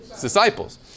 Disciples